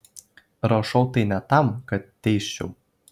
rašau tai ne tam kad teisčiau